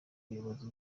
buyobozi